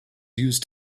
used